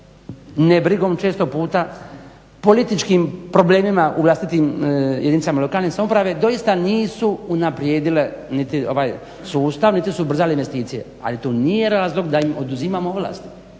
nebrigom često puta, političkim problemima u vlastitim jedinicama lokalne samouprave doista nisu unaprijedile niti ovaj sustav niti su ubrzale investicije ali to nije razlog da im oduzimamo ovlasti.